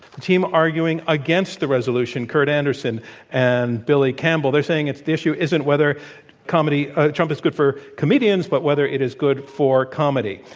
the team arguing against the resolution kurt andersen and billy kimball they're saying it's the issue isn't whether comedy ah trump is good for comedians, but whether it is good for comedy.